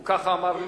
הוא ככה אמר לי.